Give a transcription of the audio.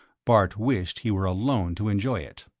bart wished he were alone to enjoy it.